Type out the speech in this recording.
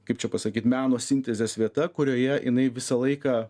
kaip čia pasakyt meno sintezės vieta kurioje jinai visą laiką